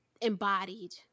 embodied